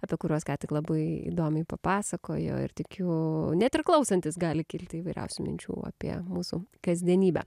apie kuriuos ką tik labai įdomiai papasakojo ir tikiu net ir klausantis gali kilti įvairiausių minčių apie mūsų kasdienybę